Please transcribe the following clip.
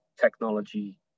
technology